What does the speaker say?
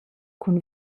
cun